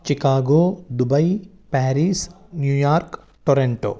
Chicago Dubai Paris New York Toronto